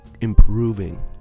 improving